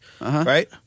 Right